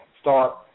start